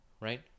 right